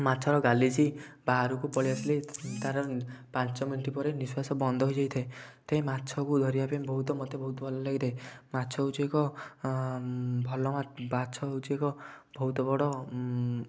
ମାଛର ଗାଲିସି ବାହାରକୁ ପଳାଇ ଆସିଲେ ତାର ପାଞ୍ଚ ମିନିଟି ପରେ ନିଃଶ୍ଵାସ ବନ୍ଦ ହୋଇଯାଇଥାଏ ସେଥିପାଇଁ ମାଛକୁ ଧରିବା ପାଇଁ ବହୁତ ମୋତେ ବହୁତ ଭଲ ଲାଗିଥାଏ ମାଛ ହେଉଛି ଏକ ଭଲ ମାଛ ହେଉଛିଏକ ବହୁତ ବଡ଼